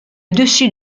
dessus